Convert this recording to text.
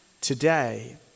today